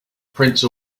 prince